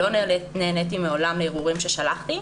לא נעניתי מעולם לערעורים ששלחתי.